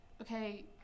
okay